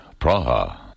Praha